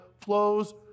flows